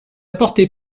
porté